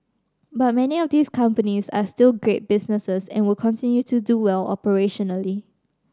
but many of these companies are still great businesses and will continue to do well operationally